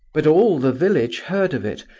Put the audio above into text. but all the village heard of it,